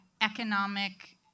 economic